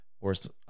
worst